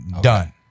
done